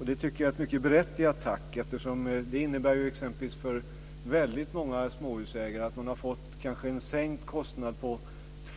Det tycker jag är ett mycket berättigat tack, eftersom det här exempelvis innebär att väldigt många småhusägare har fått en sänkt kostnad med